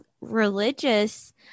religious